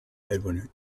edwin